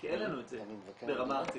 כי אין לנו את זה ברמה ארצית,